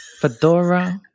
Fedora